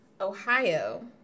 Ohio